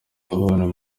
abantu